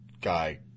guy